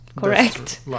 correct